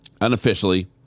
Unofficially